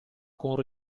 con